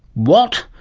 what?